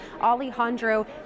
Alejandro